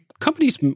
companies